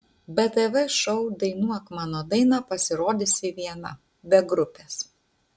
btv šou dainuok mano dainą pasirodysi viena be grupės